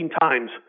times